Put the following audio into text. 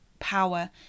power